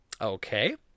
Okay